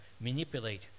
manipulate